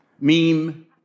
meme